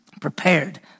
prepared